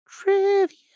Trivia